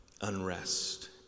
unrest